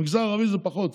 במגזר הערבי פחות,